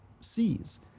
sees